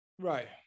Right